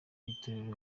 b’itorero